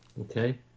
Okay